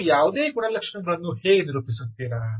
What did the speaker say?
ನೀವು ಯಾವುದೇ ಗುಣಲಕ್ಷಣಗಳನ್ನು ಹೇಗೆ ನಿರೂಪಿಸುತ್ತೀರಿ